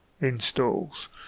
installs